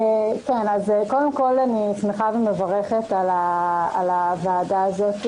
אני שמחה ומברכת על הדיון.